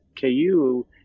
KU